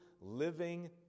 living